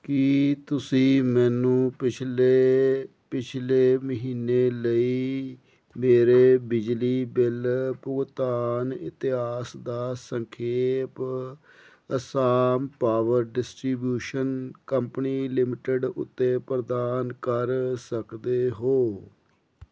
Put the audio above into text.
ਕੀ ਤੁਸੀਂ ਮੈਨੂੰ ਪਿਛਲੇ ਪਿਛਲੇ ਮਹੀਨੇ ਲਈ ਮੇਰੇ ਬਿਜਲੀ ਬਿੱਲ ਭੁਗਤਾਨ ਇਤਿਹਾਸ ਦਾ ਸੰਖੇਪ Assam power distribution company limited ਉੱਤੇ ਪ੍ਰਦਾਨ ਕਰ ਸਕਦੇ ਹੋ